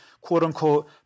quote-unquote